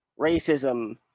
racism